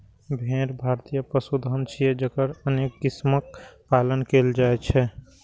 भेड़ भारतीय पशुधन छियै, जकर अनेक किस्मक पालन कैल जाइ छै